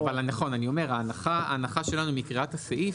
נכון, אבל ההנחה שלנו מקריאת הסעיף